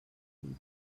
dit